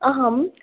अहं